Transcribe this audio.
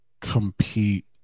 compete